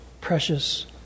precious